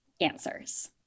answers